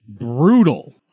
brutal